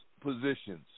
positions